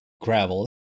gravel